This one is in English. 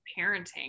parenting